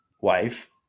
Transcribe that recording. wife